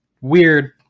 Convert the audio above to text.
weird